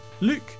Luke